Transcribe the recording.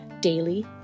daily